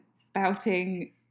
spouting